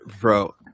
bro